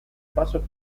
paso